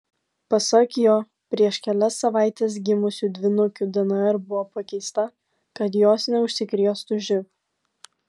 pasak jo prieš kelias savaites gimusių dvynukių dnr buvo pakeista kad jos neužsikrėstų živ